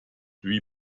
wie